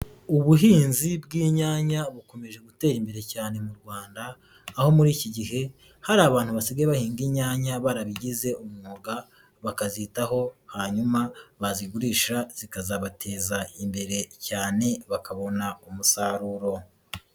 Ubuhinzi bw'inyanya bukomeje gutera imbere cyane mu Rwanda, aho muri iki gihe hari abantu basigaye bahinga inyanya barabigize umwuga, bakazitaho hanyuma bazigurisha zikazabateza imbere cyane bakabona umusaruro.